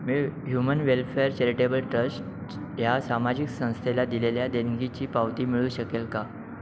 मी human welfare charitable trust ह्या सामाजिक संस्थेला दिलेल्या देणगीची पावती मिळू शकेल का